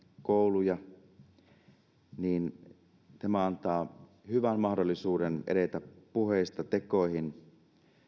kouluja tämä antaa hyvän mahdollisuuden edetä puheista tekoihin